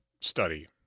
study